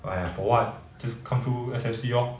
!aiya! for [what] just come through S_S_D lor